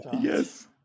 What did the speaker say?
Yes